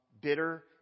bitter